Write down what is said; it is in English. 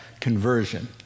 Conversion